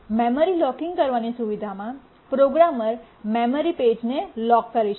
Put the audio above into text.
memory locking કરવાની સુવિધામાં programmer memory પેજને લોક કરી શકે છે